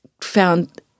found